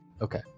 Okay